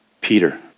Peter